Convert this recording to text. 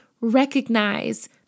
recognize